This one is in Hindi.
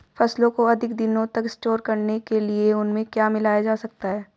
फसलों को अधिक दिनों तक स्टोर करने के लिए उनमें क्या मिलाया जा सकता है?